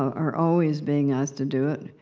are always being asked to do it,